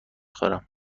خورم